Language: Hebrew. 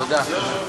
תודה.